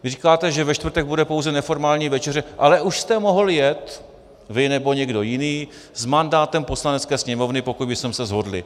Vy říkáte, že ve čtvrtek bude pouze neformální večeře, ale už jste mohli jet vy nebo někdo jiný s mandátem Poslanecké sněmovny, pokud bychom se shodli.